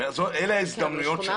אלה ההזדמנויות שלנו.